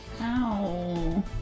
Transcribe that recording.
Ow